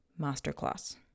masterclass